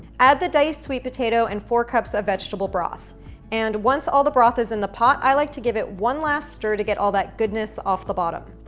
add the diced sweet potato and four cups of vegetable broth and once all the broth is in the pot, i like to give it one last stir to get all that goodness off the bottom.